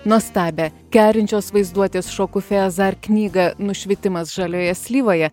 nuostabią kerinčios vaizduotės šokufė azarar knygą nušvitimas žalioje slyvoje